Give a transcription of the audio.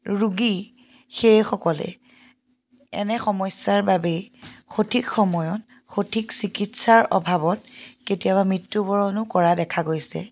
ৰোগী সেইসকলে এনে সমস্যাৰ বাবেই সঠিক সময়ত সঠিক চিকিৎসাৰ অভাৱত কেতিয়াবা মৃত্যুবৰণো কৰা দেখা গৈছে